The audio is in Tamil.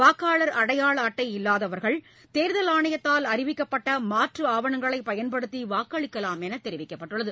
வாக்காளர் அடையாள அட்டை இல்லாதவர்கள் தேர்தல் ஆணையத்தால் அறிவிக்கப்பட்ட மாற்று ஆவணங்களை பயன்படுத்தி வாக்களிக்கலாம் என்றும் தெரிவிக்கப்பட்டுள்ளது